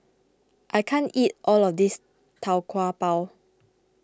I can't eat all of this Tau Kwa Pau